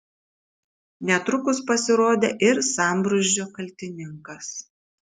netrukus pasirodė ir sambrūzdžio kaltininkas